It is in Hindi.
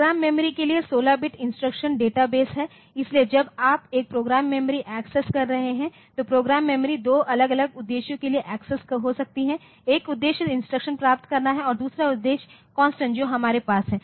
प्रोग्राम मेमोरी के लिए 16 बिट इंस्ट्रक्शन डेटाबेस है इसलिए जब आप एक प्रोग्राम मेमोरी एक्सेस कर रहे हैं तो प्रोग्राम मेमोरी दो अलग अलग उद्देश्यों के लिए एक्सेस हो सकती है एक उद्देश्य इंस्ट्रक्शन प्राप्त करना है और दूसरा उद्देश्य कांस्टेंट जो हमारे पास है